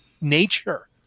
nature